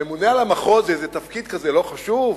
הממונה על המחוז זה כזה תפקיד לא חשוב,